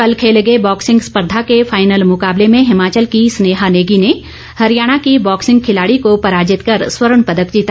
कल खेले गए बॉक्सिंग स्पर्धा के फाईनल मुकाबले में हिमाचल की स्नेहा नेगों ने हरियाणा की बॉक्सिंग खिलाड़ी को पराजित कर स्वर्ण पदक जीता